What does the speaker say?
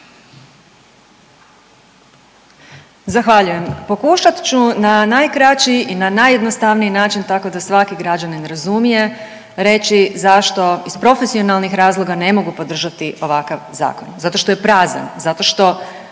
Zahvaljujem. Pokušat ću na najkraći i na najjednostavniji način tako da svaki građanin razumije reći zašto iz profesionalnih razloga ne mogu podržati ovakav zakon. Zato što je prazan. Zato što